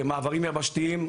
מעברים יבשתיים,